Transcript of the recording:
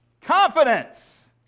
Confidence